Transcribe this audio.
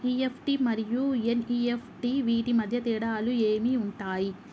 EFT మరియు NEFT వీటి మధ్య తేడాలు ఏమి ఉంటాయి?